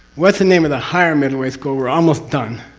what's the name of the higher middle way school? we're almost done.